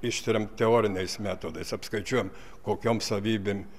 ištiriam teoriniais metodais apskaičiuojam kokiom savybėm